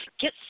Get